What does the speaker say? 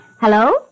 Hello